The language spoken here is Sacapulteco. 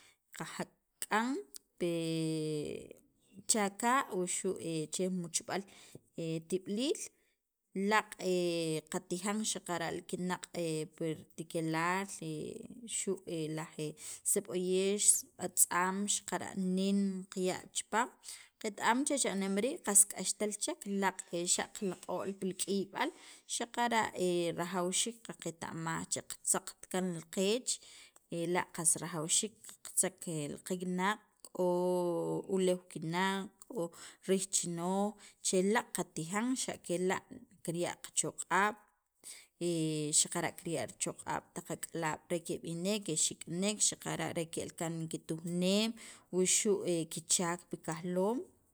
qajak'an pe cha k'a' wuxu' che jun muchb'al tib'iliil laaq' katijan xaqara' li kinaq' pi ritikelaal xu' laj seb'oyex, atz'am xaqara' niin qaya' chipaam qet- am che cha'nem rii' qas k'axtil chek laaq' xa' qalaq'ol pil k'iyb'al xaqara' rajawxiik qaqeta'maj che qatzaqt kaan li qeech ela' qas rajawxiik qatzaq li kikinaq', k'o uleew kinaq' k'o rij chinooj che laaq' qatijan xa' kela' kirya' qachoq'ab' xaqara' kirya' richoq'a'b' taq ak'alaab' re keb'inek, kexik'nek xaqara' re ke'l kaan kitujneem wuxu' kichaak pi kajloom